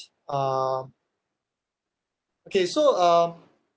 ah okay so um